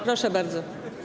Proszę bardzo.